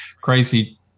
crazy